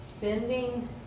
bending